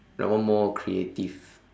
that one more creative